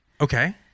Okay